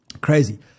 Crazy